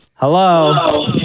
Hello